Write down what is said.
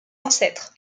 ancêtres